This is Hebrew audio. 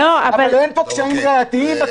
אבל אין פה קשיים ראייתיים.